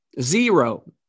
Zero